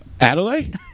Adelaide